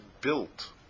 built